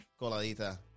coladita